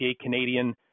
Canadian